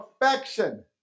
perfection